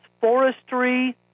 forestry